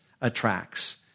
attracts